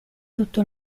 tutto